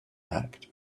act